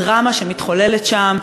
הדרמה שמתחוללת שם,